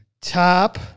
Top